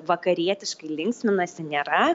vakarietiškai linksminasi nėra